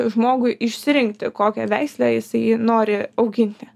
žmogui išsirinkti kokią veislę jisai nori auginti